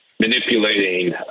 Manipulating